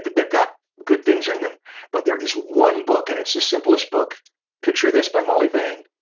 they've got good things in them but there is one book and it's the simplest book picture this by molly bang.